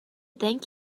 thank